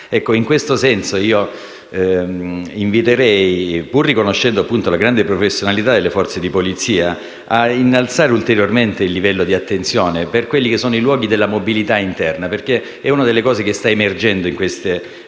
In questo senso inviterei, pur riconoscendo la grande professionalità delle forze di polizia, a innalzare ulteriormente il livello di attenzione sui luoghi della mobilità interna, perché uno degli aspetti che stanno emergendo in Italia